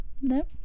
No